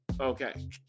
Okay